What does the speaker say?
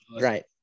Right